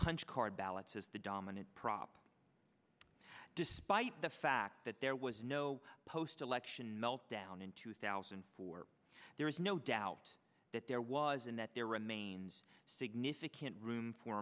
punch card ballots as the dominant prop despite the fact that there was no post election meltdown in two thousand and four there is no doubt that there was and that there remains significant room for